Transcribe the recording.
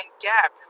gap